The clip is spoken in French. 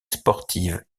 sportive